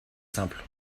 simple